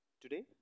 Today